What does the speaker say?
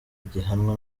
gihanwa